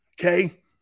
okay